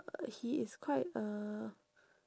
uh he is quite uh